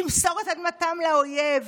למסור את אדמתם לאויב,